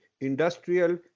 industrial